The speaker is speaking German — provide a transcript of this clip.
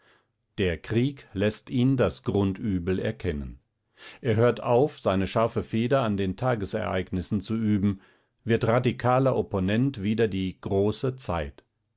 der krieg läßt ihn das grundübel erkennen er hört auf seine scharfe feder an den tagesereignissen zu üben wird radikaler opponent wider die große zeit